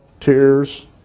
tears